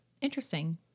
Interesting